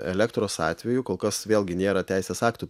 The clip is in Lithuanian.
elektros atveju kol kas vėlgi nėra teisės aktų